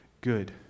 good